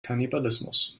kannibalismus